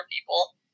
people